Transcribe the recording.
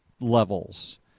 levels